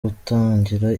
kutagira